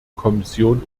kommission